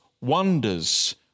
wonders